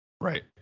Right